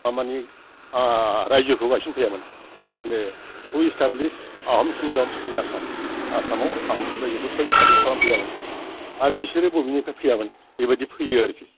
थारमानि राइजोखौ गायसनफैयामोन दा हु establish Ahom kingdom in Assam आसामाव आहम राइजोखौ सोर इस्टाबलिस खालामफैयामोन आरो बिसोरो बबेनिफ्राय फैयामोन बेबादि फैयो आरोखि